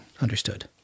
understood